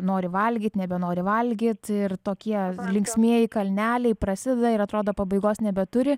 nori valgyt nebenori valgyt ir tokie linksmieji kalneliai prasideda ir atrodo pabaigos nebeturi